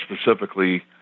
specifically